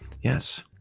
Yes